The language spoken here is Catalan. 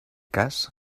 cas